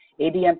ADM